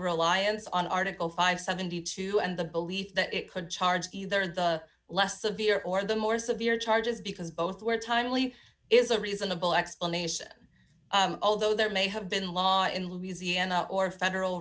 reliance on article five hundred and seventy two dollars and the belief that it could charge either the less severe or the more severe charges because both were timely is a reasonable explanation although there may have been law in louisiana or federal